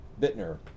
Bittner